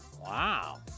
Wow